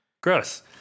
Gross